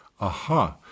Aha